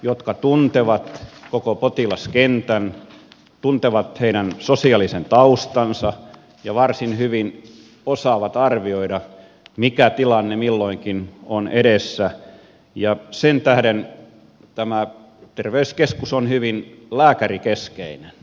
he tuntevat koko potilaskentän tuntevat heidän sosiaalisen taustansa ja varsin hyvin osaavat arvioida mikä tilanne milloinkin on edessä ja sen tähden tämä terveyskeskus on hyvin lääkärikeskeinen